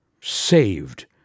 Saved